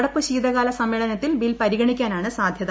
നടപ്പു ശീതകാല സമ്മേളനത്തിൽ ബിൽ പരിഗണിക്കാനാണ് സാധ്യത